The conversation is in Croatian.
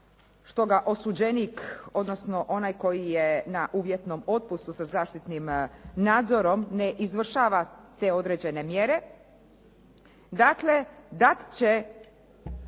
što ga osuđenik, odnosno onaj koji je na uvjetnom otpustu sa zaštitnim nadzorom ne izvršava te određene mjere, dakle dat će